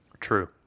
True